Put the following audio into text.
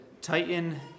Titan